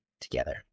together